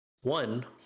One